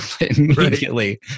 immediately